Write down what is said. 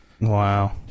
Wow